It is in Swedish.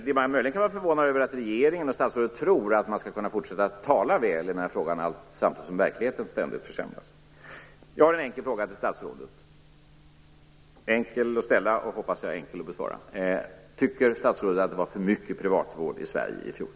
Man kan möjligen vara förvånad över att regeringen och statsrådet tror att de kan fortsätta att tala väl i den här frågan samtidigt som verkligheten ständigt försämras. Jag har en enkel fråga till statsrådet. Den är enkel att ställa och förhoppningsvis enkel att besvara. Tycker statsrådet att det var för mycket privatvård i Sverige i fjol?